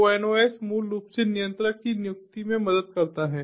ONOS मूल रूप से नियंत्रक की नियुक्ति में मदद करता है